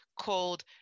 called